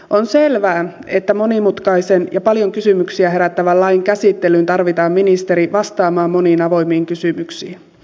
on selvää että monimutkaisen ja paljon kysymyksiä herättävän lain käsittelyyn tarvitaan ministeri vastaamaan moniin avoimiin kysymyksiin